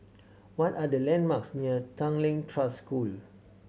what are the landmarks near Tanglin Trust School